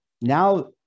Now